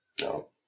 No